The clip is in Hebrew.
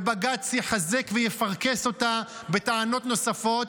ובג"ץ יחזק ויפרכס אותה בטענות נוספות,